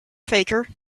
faker